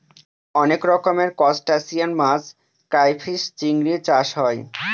অনেক রকমের ত্রুসটাসিয়ান মাছ ক্রাইফিষ, চিংড়ি চাষ হয়